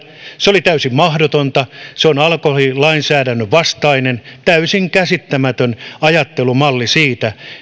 se oli täysin mahdotonta se on alkoholilainsäädännön vastainen täysin käsittämätön ajattelumalli